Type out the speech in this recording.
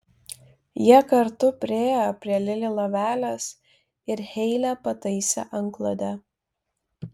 jie kartu priėjo prie lili lovelės ir heilė pataisė antklodę